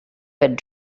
had